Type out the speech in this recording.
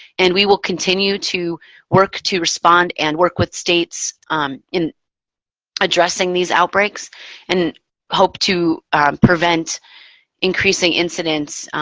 and we will continue to work to respond and work with states in addressing these outbreaks and hope to prevent increasing incidence